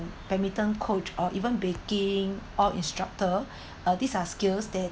badminton coach or even baking or instructor uh these are skills that